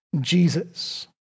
Jesus